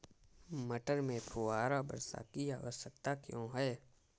मटर में फुहारा वर्षा की आवश्यकता क्यो है?